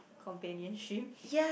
companionship